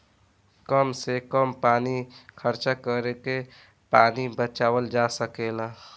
कम से कम पानी खर्चा करके पानी बचावल जा सकेला